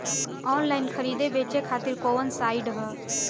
Online खरीदे बेचे खातिर कवन साइड ह?